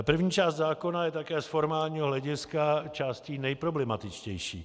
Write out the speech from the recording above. První část zákona je také z formálního hlediska částí nejproblematičtější.